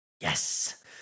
Yes